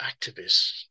activists